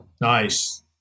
Nice